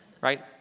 right